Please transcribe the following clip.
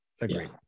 Agreed